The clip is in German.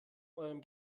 eurem